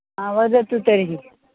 हा वदतु तर्हि